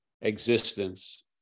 existence